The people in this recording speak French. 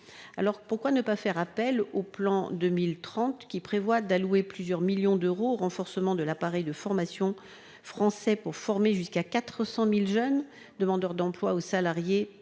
Pourquoi ne pas faire appel au plan France 2030, qui prévoit d'allouer plusieurs millions d'euros au renforcement de l'appareil de formation français pour former jusqu'à 400 000 jeunes demandeurs d'emploi ou salariés